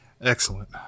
Excellent